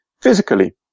physically